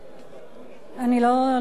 אני לא שומעת את עצמי.